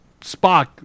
Spock